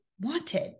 wanted